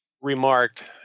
remarked